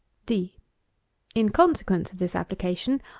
d in consequence of this application,